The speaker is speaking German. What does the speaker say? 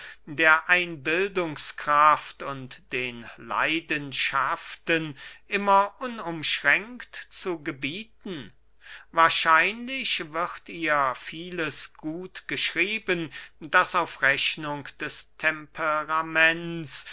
der einbildungskraft und den leidenschaften immer unumschränkt zu gebieten wahrscheinlich wird ihr vieles gut geschrieben das auf rechnung des temperaments